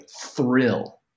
thrill